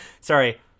sorry